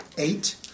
Eight